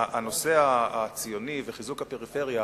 נושא הציונות וחיזוק הפריפריה